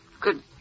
Good